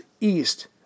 east